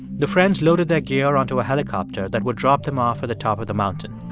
the friends loaded their gear onto a helicopter that would drop them off at the top of the mountain